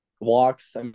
Walks